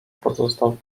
pozostał